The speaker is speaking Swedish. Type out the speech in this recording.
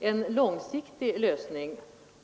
en långsiktig lösning.